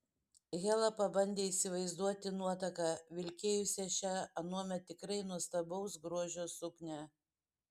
hela pabandė įsivaizduoti nuotaką vilkėjusią šią anuomet tikrai nuostabaus grožio suknią